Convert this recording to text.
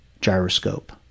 gyroscope